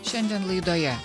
šiandien laidoje